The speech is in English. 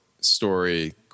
story